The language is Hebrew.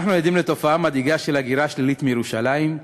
אנחנו עדים לתופעה מדאיגה של הגירה שלילית מירושלים,